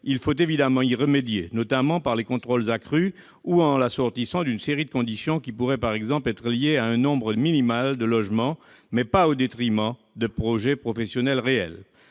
il faut évidemment y remédier, notamment par des contrôles accrus ou en l'assortissant d'une série de conditions qui pourraient par exemple être liées à un nombre minimal de logements, mais il ne faut pas le faire au détriment de projets professionnels réels.